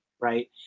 Right